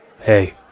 Hey